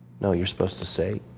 no, you're supposed to say,